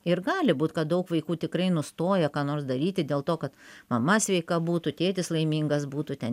ir gali būt kad daug vaikų tikrai nustoja ką nors daryti dėl to kad mama sveika būtų tėtis laimingas būtų ten